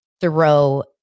throw